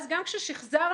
אז כאשר שיחזרנו,